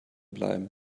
bleiben